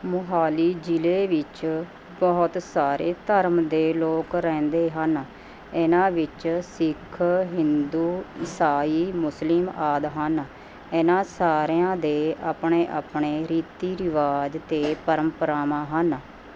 ਮੋਹਾਲੀ ਜ਼ਿਲ੍ਹੇ ਵਿੱਚ ਬਹੁਤ ਸਾਰੇ ਧਰਮ ਦੇ ਲੋਕ ਰਹਿੰਦੇ ਹਨ ਇਹਨਾਂ ਵਿੱਚ ਸਿੱਖ ਹਿੰਦੂ ਈਸਾਈ ਮੁਸਲਿਮ ਆਦਿ ਹਨ ਇਹਨਾਂ ਸਾਰਿਆਂ ਦੇ ਆਪਣੇ ਆਪਣੇ ਰੀਤੀ ਰਿਵਾਜ਼ ਅਤੇ ਪਰੰਪਰਾਵਾਂ ਹਨ